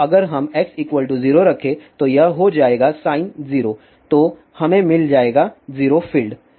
तो अगर हम x 0 रखे तो यह हो जाएगा sin 0 तो हमे मिल जाएगा 0 फील्ड